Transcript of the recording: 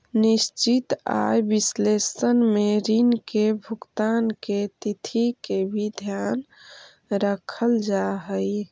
निश्चित आय विश्लेषण में ऋण के भुगतान के तिथि के भी ध्यान रखल जा हई